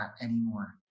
anymore